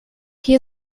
hier